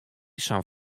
sân